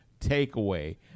takeaway